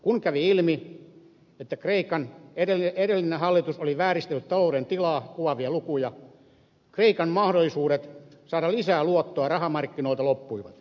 kun kävi ilmi että kreikan edellinen hallitus oli vääristellyt talouden tilaa kuvaavia lukuja kreikan mahdollisuudet saada lisää luottoa rahamarkkinoilta loppuivat